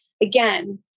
again